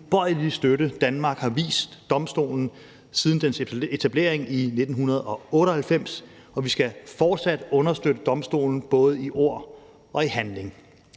ubøjelige støtte, Danmark har vist domstolen, siden dens etablering i 1998, og vi skal fortsat understøtte domstolen både i ord og i handling.